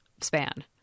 span